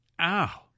Ow